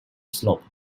slope